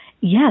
Yes